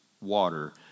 water